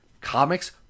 comics